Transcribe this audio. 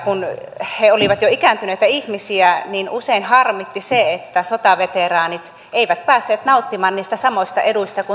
kun he olivat jo ikääntyneitä ihmisiä niin usein harmitti se että sotaveteraanit eivät päässeet nauttimaan niistä samoista eduista kuin sotainvalidit